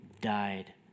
died